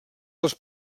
dels